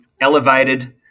elevated